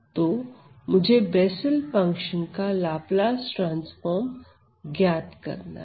तो मुझे Bessel function Bessels function का लाप्लास ट्रांसफार्म ज्ञात करना है